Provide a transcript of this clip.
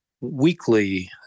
weekly